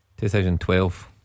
2012